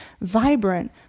vibrant